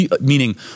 Meaning